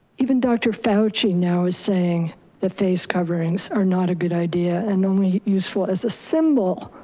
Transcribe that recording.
even dr. fauci now is saying that face coverings are not a good idea and only useful as a symbol.